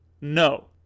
no